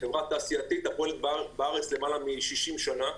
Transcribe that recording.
חברה תעשייתית שפועלת בארץ למעלה מ-60 שנה.